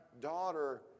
daughter